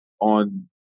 on